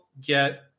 get